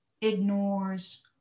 ignores